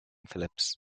phillips